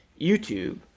YouTube